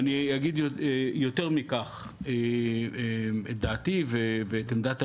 אני אגיד יותר מכך את דעתי ואת עמדת הארגון,